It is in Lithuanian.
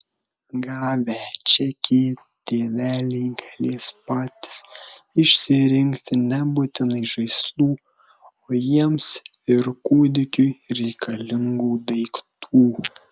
gavę čekį tėveliai galės patys išsirinkti nebūtinai žaislų o jiems ir kūdikiui reikalingų daiktų